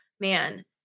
man